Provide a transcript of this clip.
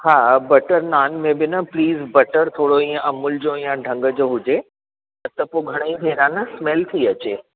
हा बटर नान में बि न प्लीज़ बटर थोरो ईअं अमूल जो ईअं ढंग जो हुजे त पोइ घणेई भेरा न स्मेल पई अचे